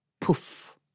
poof